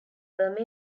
were